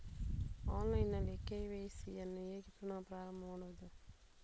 Online ನಲ್ಲಿ KYC ಯನ್ನು ಹೇಗೆ ಪುನಃ ಪ್ರಾರಂಭ ಮಾಡುವುದು?